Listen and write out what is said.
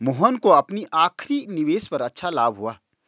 मोहन को अपनी आखिरी निवेश पर अच्छा लाभ हुआ